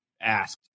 asked